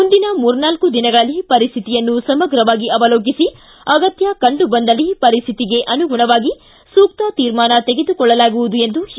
ಮುಂದಿನ ಮೂರ್ನಾಲ್ಕು ದಿನಗಳಲ್ಲಿ ಪರಿಸ್ಥಿತಿಯನ್ನು ಸಮಗ್ರವಾಗಿ ಅವಲೋಕಿಸಿ ಅಗತ್ಯ ಕಂಡು ಬಂದಲ್ಲಿ ಪರಿಸ್ಥಿತಿಗೆ ಅನುಗುಣವಾಗಿ ಸೂಕ್ತ ತೀರ್ಮಾನ ತೆಗೆದುಕೊಳ್ಳಲಾಗುವುದು ಎಂದು ಮುಖ್ಯಮಂತ್ರಿ ಬಿ